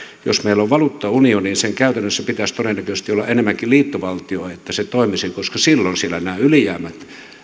jos meillä on valuuttaunioni sen käytännössä pitäisi todennäköisesti olla enemmänkin liittovaltio että se toimisi koska silloin siellä nämä ylijäämät